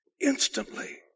instantly